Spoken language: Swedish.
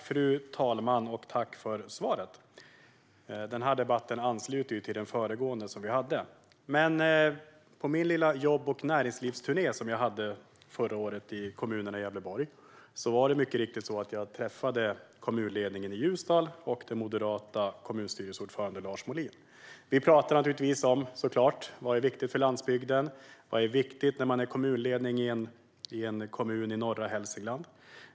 Fru talman! Jag vill tacka för svaret. Den här debatten anknyter till den föregående. På den lilla jobb och näringslivsturné som jag gjorde förra året i kommunerna i Gävleborg träffade jag kommunledningen i Ljusdal och den moderata kommunstyrelseordföranden Lars Molin. Vi pratade såklart om vad som är viktigt för landsbygden och för en kommunledning i en kommun i norra Hälsingland.